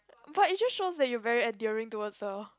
but it just shows that you very endearing towards the